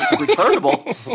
Returnable